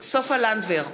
סופה לנדבר,